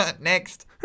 Next